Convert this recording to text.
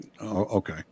okay